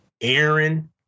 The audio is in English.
Aaron